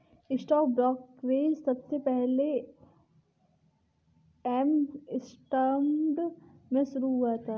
stock brokerage सबसे पहले Amsterdam में शुरू हुआ था